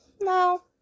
No